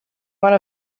one